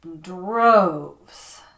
droves